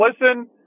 listen